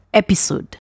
episode